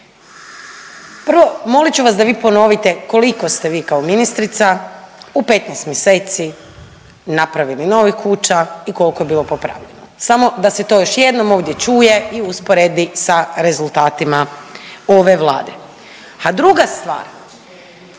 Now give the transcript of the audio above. Prvo, molit ću vas da vi ponovite koliko ste vi kao ministrica u 15 mjeseci napravili novih kuća i koliko je bilo popravljeno, samo da se to još jednom ovdje čuje i usporedi sa rezultatima ove Vlade. A druga stvar,